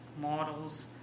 models